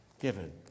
given